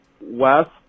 West